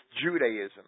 Judaism